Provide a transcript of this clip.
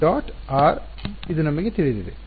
r ಇದು ನಮಗೆ ತಿಳಿದಿದೆ